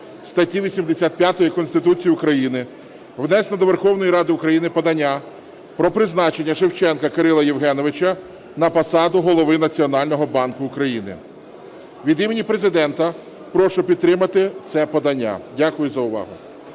статті 85 Конституції України внесено до Верховної Ради України подання про призначення Шевченка Кирила Євгеновича на посаду Голови Національного банку України. Від імені Президента прошу підтримати це подання. Дякую за увагу.